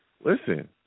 Listen